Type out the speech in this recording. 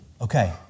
okay